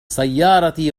سيارتي